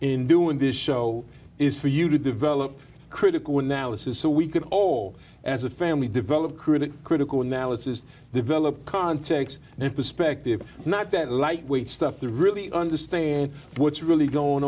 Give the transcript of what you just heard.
in doing this show is for you to develop critical analysis so we can all as a family develop critical critical analysis to develop context and perspective not that lightweight stuff to really understand what's really going